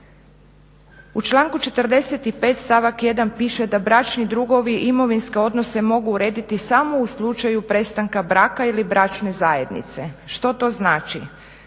U članku 45. stavak 1. piše da bračni drugovi imovinske odnose mogu urediti samo u slučaju prestanka braka ili bračne zajednice. Što to znači?